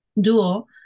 duo